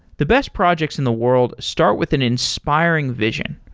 the best projects in the world start with an inspiring vision,